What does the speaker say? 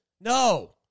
No